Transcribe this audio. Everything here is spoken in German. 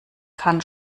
kann